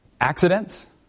accidents